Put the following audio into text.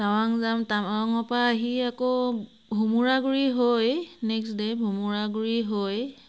টাৱাং যাম টাৱাঙৰ পৰা আহি আকৌ ভোমোৰা গুৰি হৈ নেক্সট ডে' ভোমোৰা গুৰি হৈ